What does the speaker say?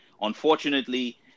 Unfortunately